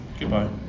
Goodbye